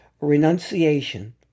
renunciation